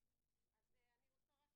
עזיבת